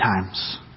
times